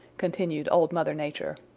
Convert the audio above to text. continued old mother nature.